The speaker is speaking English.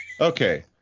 Okay